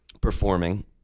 performing